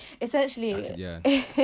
essentially